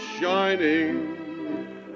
shining